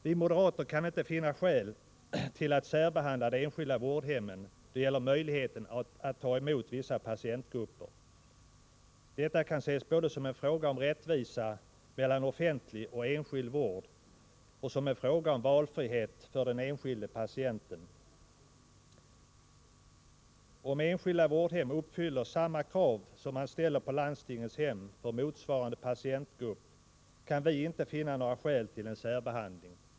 Vi moderater kan inte finna skäl att särbehandla de enskilda vårdhemmen då det gäller möjligheten att ta emot vissa patientgrupper. Detta kan ses både som en fråga om rättvisa mellan offentlig och enskild vård och som en fråga om valfrihet för den enskilde patienten. Om enskilda vårdhem uppfyller samma krav som man ställer på landstingens hem för motsvarande patientgrupp kan vi inte finna några skäl till en särbehandling.